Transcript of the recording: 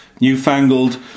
newfangled